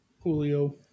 Julio